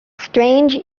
strange